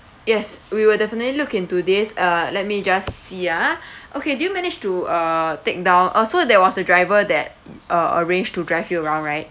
yes we will definitely look into this uh let me just see ah okay do you manage to uh take down uh so there was a driver that uh arranged to drive you around right